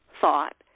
thought